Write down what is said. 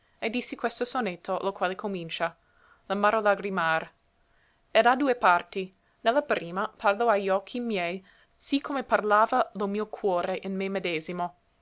e dissi questo sonetto lo quale comincia l'amaro lagrimar ed hae due parti ne la prima parlo a li occhi miei sì come parlava lo mio cuore in me medesimo